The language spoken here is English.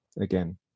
again